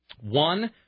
One